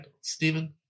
Stephen